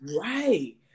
right